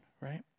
right